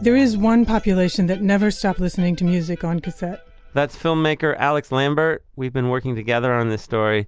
there is one population that never stopped listening to music on cassette that's filmmaker, alix lambert. we've been working together on this story